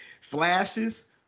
flashes